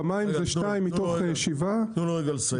במים זה 2 מתוך 7. רגע, תנו לו רגע לסיים.